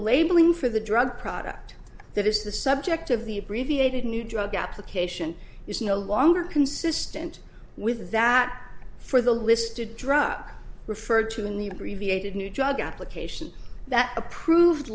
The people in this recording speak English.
labeling for the drug product that is the subject of the abbreviated new drug application is no longer consistent with that for the listed drug referred to in the abbreviated new drug application that approved